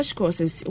courses